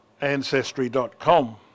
Ancestry.com